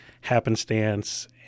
happenstance